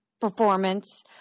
performance